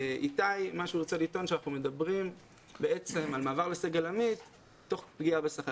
איתי רוצה לטעון שאנחנו מדברים על מעבר לסגל עמית תוך פגיעה בשכר.